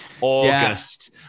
August